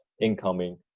incoming